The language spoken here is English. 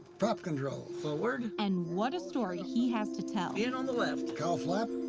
flap control. forward. and what a story he has to tell. in on the left. cowl flap.